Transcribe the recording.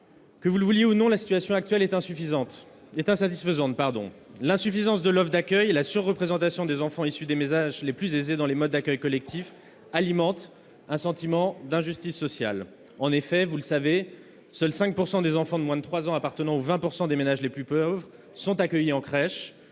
de François Baroin. La situation actuelle est insatisfaisante. L'insuffisance de l'offre d'accueil et la surreprésentation des enfants des ménages les plus aisés dans les modes d'accueil collectif alimentent un sentiment d'injustice sociale. En effet, vous le savez, seuls 5 % des enfants de moins de trois ans des 20 % de ménages les plus pauvres sont accueillis en crèche,